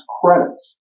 credits